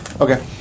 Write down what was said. Okay